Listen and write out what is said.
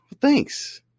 thanks